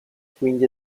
quindi